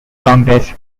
congress